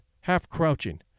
half-crouching